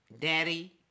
daddy